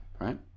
right